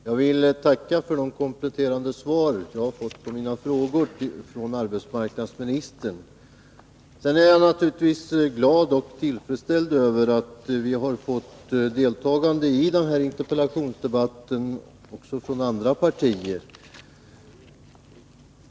Herr talman! Jag vill tacka för de kompletterande svaren som jag har fått på mina frågor från arbetsmarknadsministern. Jag är naturligtvis glad och tillfredsställd över att vi har fått deltagande i den här interpellationsdebatten också från andra partier.